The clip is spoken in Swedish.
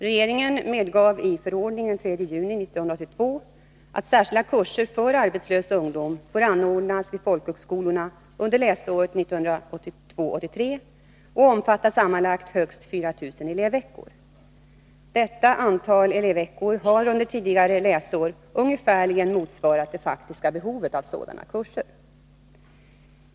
Regeringen medgav i förordning den 3 juni 1982 att särskilda kurser för arbetslös ungdom får anordnas vid folkhögskolorna under läsåret 1982/83 och omfatta sammanlagt högst 4 000 elevveckor. Detta antal elevveckor har under tidigare läsår ungefärligen motsvarat det faktiska behovet av sådana kurser.